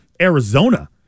Arizona